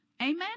Amen